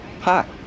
Hi